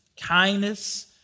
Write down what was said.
kindness